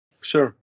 Sure